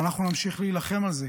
ואנחנו נמשיך להילחם על זה,